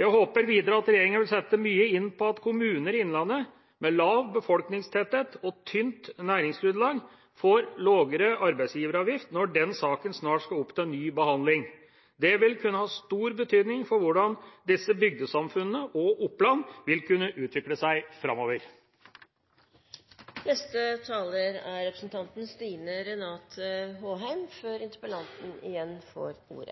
Jeg håper videre at regjeringa vil sette mye inn på at kommuner i innlandet med lav befolkningstetthet og tynt næringsgrunnlag får lavere arbeidsgiveravgift, når den saken snart skal opp til ny behandling. Det vil kunne ha stor betydning for hvordan disse bygdesamfunnene, og Oppland, vil kunne utvikle seg framover. Det